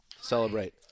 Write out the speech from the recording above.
Celebrate